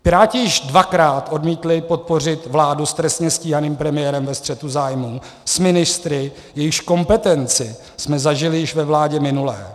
Piráti již dvakrát odmítli podpořit vládu s trestně stíhaným premiérem ve střetu zájmů s ministry, jejichž kompetenci jsme zažili již ve vládě minulé.